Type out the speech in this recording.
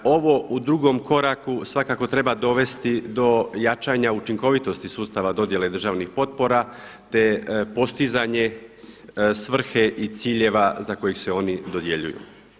Ovo u drugom koraku svakako treba dovesti do jačanja učinkovitosti sustava dodjele državnih potpora, te postizanje svrhe i ciljeva za kojih se oni dodjeljuju.